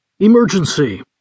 Emergency